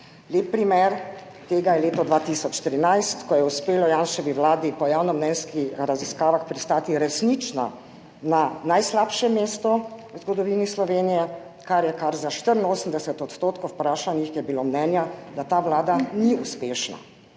Lep primer tega je leto 2013, ko je uspelo Janševi vladi po javnomnenjskih raziskavah pristati resnično na najslabšem mestu v zgodovini Slovenije, kar je kar za 84 odstotkov vprašanih je bilo mnenja, da ta vlada ni uspešna.